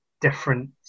different